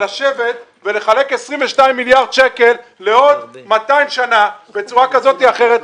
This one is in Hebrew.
אבל לשבת ולחלק 22 מיליארד שקלים לעוד 200 שנים בצורה כזאת או אחרת,